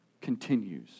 continues